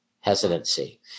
hesitancy